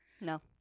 no